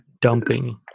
dumping